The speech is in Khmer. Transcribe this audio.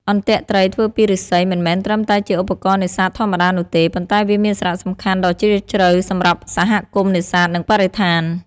អន្ទាក់ត្រីធ្វើពីឫស្សីមិនមែនត្រឹមតែជាឧបករណ៍នេសាទធម្មតានោះទេ ប៉ុន្តែវាមានសារៈសំខាន់ដ៏ជ្រាលជ្រៅសម្រាប់សហគមន៍នេសាទ និងបរិស្ថាន។